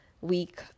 week